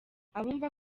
abumva